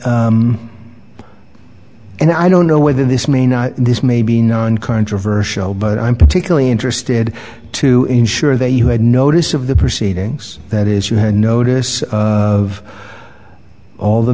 your and i don't know whether this may not this may be non controversial but i'm particularly interested to ensure that you have notice of the proceedings that is you have notice of all the